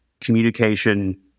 communication